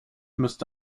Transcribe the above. müsste